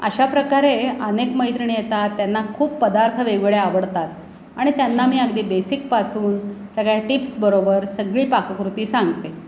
अशाप्रकारे अनेक मैत्रिणी येतात त्यांना खूप पदार्थ वेगवेगळे आवडतात आणि त्यांना मी अगदी बेसिकपासून सगळ्या टिप्स बरोबर सगळी पाककृती सांगते